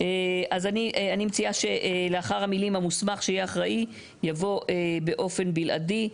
אז אני מציעה שלאחר המילים "המוסמך שיהיה אחראי" יבוא "באופן בלעדי".